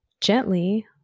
gently